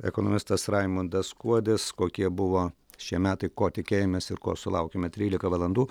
ekonomistas raimundas kuodis kokie buvo šie metai ko tikėjomės ir ko sulaukėme trylika valandų